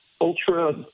ultra